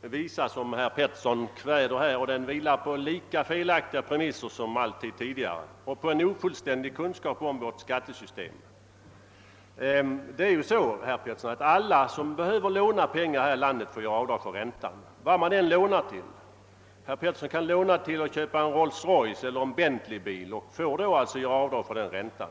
visa som herr Pettersson kväder här, och den utgår från lika felaktiga premisser som alltid tidigare och ofullständig kunskap om vårt skattesystem. Det är ju så, herr Pettersson i Lund, att alla som behöver låna pengar här i landet får göra avdrag för räntan, vad de än lånar till. Herr Pettersson kan låna för att köpa en Rolls Royce eller en Bentley och får då göra avdrag för ränta.